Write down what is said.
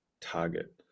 target